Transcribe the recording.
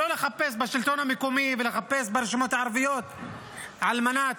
לא לחפש בשלטון המקומי ולחפש ברשימות הערביות על מנת